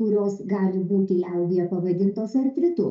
kurios gali būti liaudyje pavadintos artritu